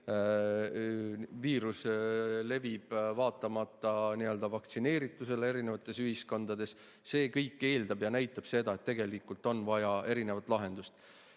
Viirus levib vaatamata vaktsineeritusele erinevates ühiskondades. See kõik eeldab ja näitab seda, et tegelikult on vaja erinevat lahendust.